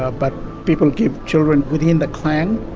ah but people give children within the clan,